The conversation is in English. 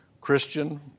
Christian